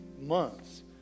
months